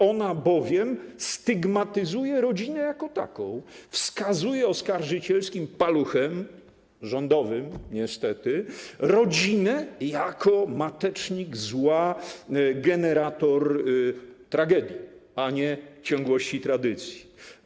Ona bowiem stygmatyzuje rodzinę jako taką, wskazuje oskarżycielskim paluchem, rządowym niestety, rodzinę jako matecznik zła, generator tragedii, a nie ciągłości tradycji.